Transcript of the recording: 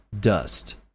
dust